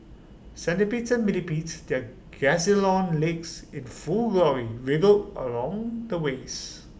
centipedes and millipedes their gazillion legs in full glory wriggled along the waste